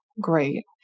great